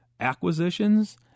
acquisitions